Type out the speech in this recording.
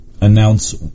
announce